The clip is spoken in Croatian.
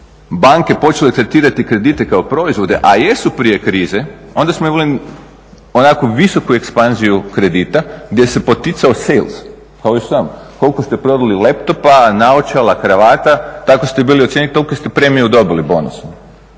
banke počele tretirati kredite kao proizvode, a jesu prije krize, onda smo imali onako visoku ekspanziju kredita gdje se poticao sales, … /Govornik se ne razumije./ …, koliko ste prodali laptopa, naočala, kravata, tako ste bili …, toliku ste premiju dobili, bonus.